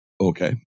Okay